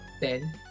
Ben